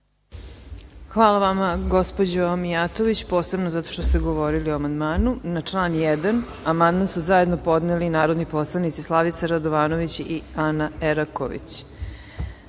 Hvala vama gospođo Mijatović, posebno jer ste govorili o amandmanu. Na član 1. amandman su zajedno podneli narodni poslanici Slavica Radovanović i Ana Eraković. Primili